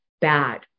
bad